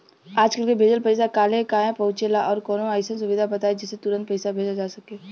आज के भेजल पैसा कालहे काहे पहुचेला और कौनों अइसन सुविधा बताई जेसे तुरंते पैसा भेजल जा सके?